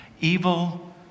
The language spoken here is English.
evil